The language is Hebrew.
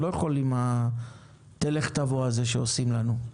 אני לא יכול עם התלך-תבוא הזה שעושים לנו.